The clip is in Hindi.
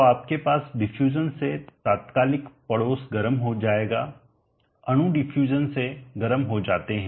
तो आपके पास डिफ्यूजन से तात्कालिक पड़ोस गर्म हो जाएगा अणु डिफ्यूजन से गर्म हो जाते हैं